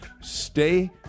Stay